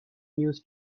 news